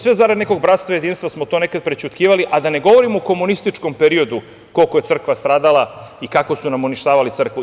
Sve zarad nekog bratstva i jedinstva smo to nekad prećutkivali, a da ne govorimo o komunističkom periodu koliko je crkva stradala i kako su nam uništavali crkvu.